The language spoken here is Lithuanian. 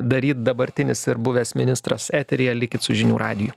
daryt dabartinis ir buvęs ministras eteryje likit su žinių radijui